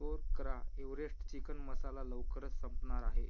तोर करा Everest chicken masala लवकरच संपणार आहे